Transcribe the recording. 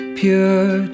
pure